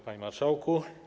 Panie Marszałku!